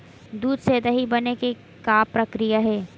दूध से दही बने के का प्रक्रिया हे?